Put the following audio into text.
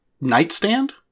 nightstand